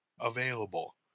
available